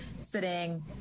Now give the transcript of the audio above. sitting